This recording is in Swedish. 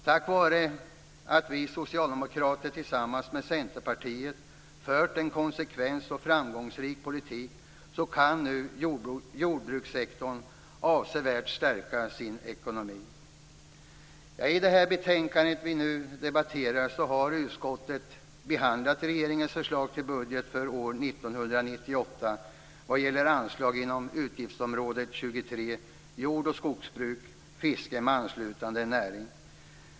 Tack vare att vi socialdemokrater tillsammans med Centerpartiet fört en konsekvent och framgångsrik politik kan nu jordbrukssektorn avsevärt stärka sin ekonomi. I det betänkande vi nu debatterar har utskottet behandlat regeringens förslag till budget för år 1998 vad gäller anslag inom utgiftsområde 23, Jord och skogsbruk, fiske med anslutande näringar.